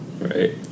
Right